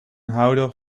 houder